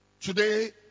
Today